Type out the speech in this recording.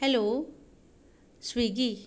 hello Swiggy